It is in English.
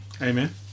Amen